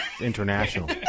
international